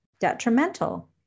detrimental